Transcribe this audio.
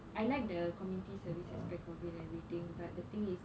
I like the community service aspect of it and everything but the thing is